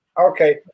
Okay